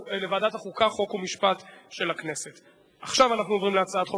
24, אין מתנגדים, אין נמנעים.